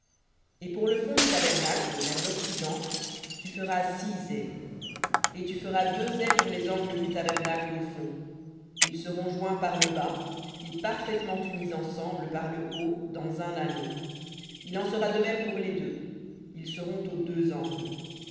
et pour le fond du tabernacle vers l'occident tu feras six ais et tu feras deux ais pour les angles du tabernacle au fond ils seront joints par le bas et parfaitement unis ensemble par le haut dans un anneau il en sera de même pour les deux ils seront aux deux angles